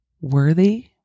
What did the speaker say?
worthy